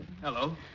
Hello